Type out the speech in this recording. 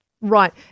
Right